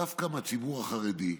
דווקא מהציבור החרדי,